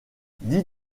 dix